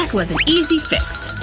like was an easy fix!